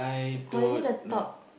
or is it the top